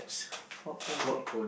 for project